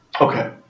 Okay